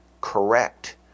correct